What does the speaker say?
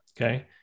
Okay